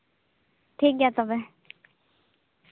ᱴᱷᱤᱠ ᱜᱮᱭᱟ ᱛᱚᱵᱮ